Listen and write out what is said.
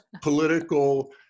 political